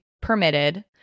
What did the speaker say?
permitted